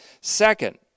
Second